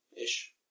ish